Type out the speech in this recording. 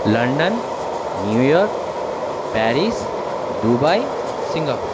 London New York Paris Dubai Singapore